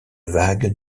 vague